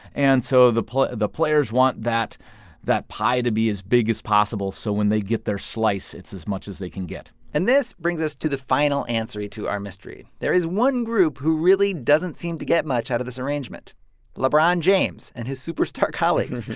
and so the players want that that pie to be as big as possible so when they get their slice, it's as much as they can get and this brings us to the final answer to our mystery. there is one group who really doesn't seem to get much out of this arrangement lebron james and his superstar colleagues.